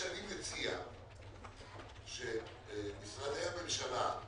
אני מציע שמשרדי הממשלה,